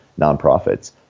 nonprofits